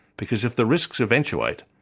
because if the risks eventuate,